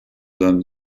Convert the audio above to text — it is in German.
seinem